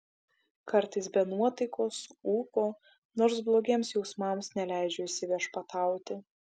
kartais be nuotaikos ūpo nors blogiems jausmams neleidžiu įsiviešpatauti